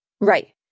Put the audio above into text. Right